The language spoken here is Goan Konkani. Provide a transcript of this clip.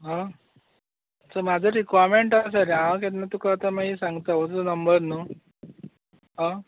हां सो म्हाजो रिक्वारमेन्ट आसा रे हांव तुका आतां मागीर सांगता हो तुजो नंबर न्हू आं